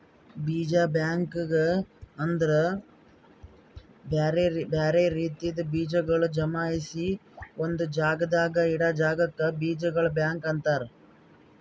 ಬೀಜ ಬ್ಯಾಂಕ್ ಅಂದುರ್ ಬ್ಯಾರೆ ಬ್ಯಾರೆ ರೀತಿದ್ ಬೀಜಗೊಳ್ ಜಮಾಯಿಸಿ ಒಂದು ಜಾಗದಾಗ್ ಇಡಾ ಜಾಗಕ್ ಬೀಜಗೊಳ್ದು ಬ್ಯಾಂಕ್ ಅಂತರ್